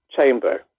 chamber